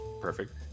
Perfect